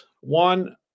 One